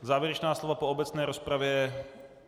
Závěrečná slova po obecné rozpravě?